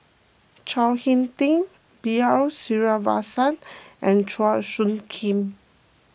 Chao Hick Tin B R Sreenivasan and Chua Soo Khim